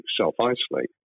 self-isolate